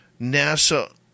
NASA